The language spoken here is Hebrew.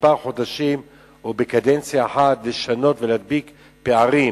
בכמה חודשים או בקדנציה אחת לשנות ולהדביק פערים